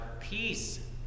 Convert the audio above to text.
peace